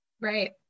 Right